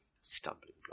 Stumbling